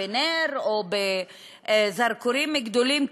בנר או בזרקורים גדולים,